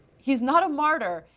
he is not a martyr,